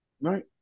Right